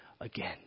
again